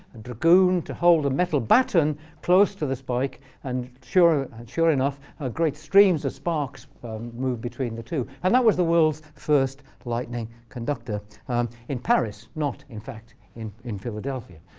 dragoon, to hold a metal baton close to the spike and sure sure enough, ah great streams of sparks moved between the two. and that was the world's first lightning conductor in paris, not, in fact, in in philadelphia.